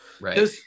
Right